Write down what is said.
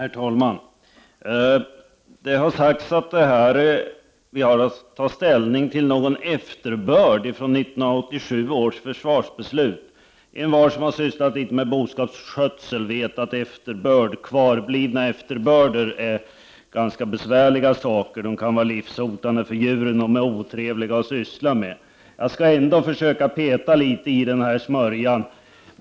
Herr talman! Det har sagts att vi här har att ta ställning till en efterbörd från 1987 års försvarsbeslut. Envar som har sysslat litet med boskapsskötsel vet att kvarblivna efterbörder är ganska besvärliga saker. De kan vara livshotande för djuren, och de är otrevliga att syssla med. Jag skall ändå försöka peta litet i den här smörjan.